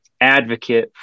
advocate